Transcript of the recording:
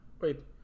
Wait